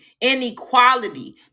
inequality